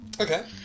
Okay